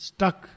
Stuck